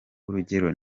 urugero